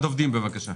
ועד עובדים בבקשה.